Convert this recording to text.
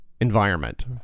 environment